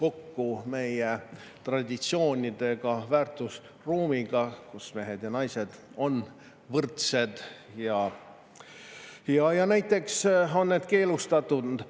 kokku meie traditsioonide ega väärtusruumiga, kus mehed ja naised on võrdsed. Näiteks on need keelustatud